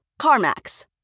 CarMax